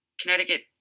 Connecticut